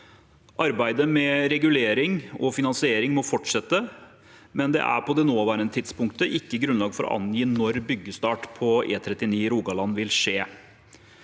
Arbeidet med regulering og finansiering må fortsette, men det er på det nåværende tidspunktet ikke grunnlag for å angi når byggestart på E39 i Rogaland vil skje.